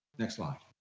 next slide.